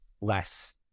less